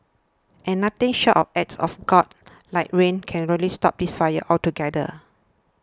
and nothing short of act of God like rain can really stop this fire altogether